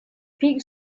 peak